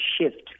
shift